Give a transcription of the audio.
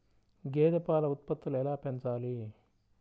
గేదె పాల ఉత్పత్తులు ఎలా పెంచాలి?